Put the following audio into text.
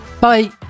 Bye